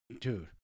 dude